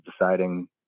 deciding